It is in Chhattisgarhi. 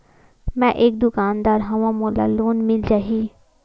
मै एक दुकानदार हवय मोला लोन मिल जाही?